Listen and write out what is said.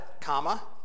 comma